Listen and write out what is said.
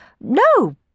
No